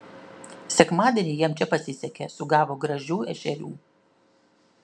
sekmadienį jam čia pasisekė sugavo gražių ešerių